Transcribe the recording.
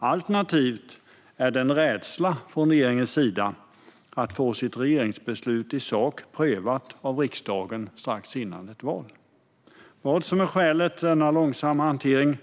Alternativt är det en rädsla från regeringens sida för att få sitt regeringsbeslut i sak prövat av riksdagen strax före ett val. Vad som är skälet till denna långsamma hantering är